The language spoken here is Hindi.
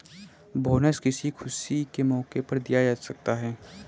बोनस किसी खुशी के मौके पर दिया जा सकता है